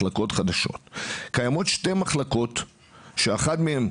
קיימות שתי מחלקות שאחת מהן,